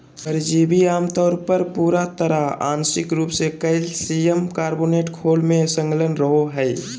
परिजीवी आमतौर पर पूरा तरह आंशिक रूप से कइल्शियम कार्बोनेट खोल में संलग्न रहो हइ